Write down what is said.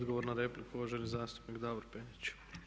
Odgovor na repliku, uvaženi zastupnik Davor Penić.